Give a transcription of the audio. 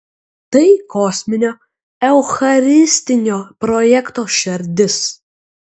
tai kosminio eucharistinio projekto šerdis